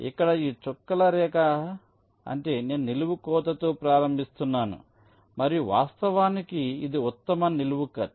ఇక్కడ ఈ చుక్కల రేఖ అంటే నేను నిలువు కోతతో ప్రారంభిస్తున్నాను మరియు వాస్తవానికి ఇది ఉత్తమ నిలువు కట్